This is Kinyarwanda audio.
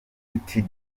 utd